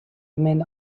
remain